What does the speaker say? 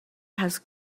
has